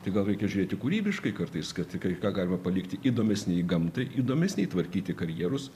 tai gal reikia žiūrėti kūrybiškai kartais kad kai ką galima palikti įdomesniai gamtai įdomesniai tvarkyti karjerus